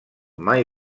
mai